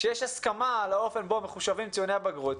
שיש הסכמה על האופן שבו מחושבים ציוני הבגרות,